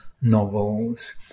novels